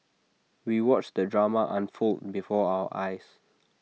we watched the drama unfold before our eyes